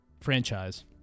franchise